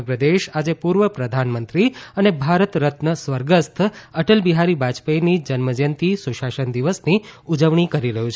સમગ્ર દેશ આજે પૂર્વ પ્રધાનમંત્રી અને ભારત રત્ન સ્વર્ગસ્થ અટલ બિહારી વાજપાઇની જન્મજયંતિ સુશાસન દિવસની ઉજવણી કરી રહ્યું છે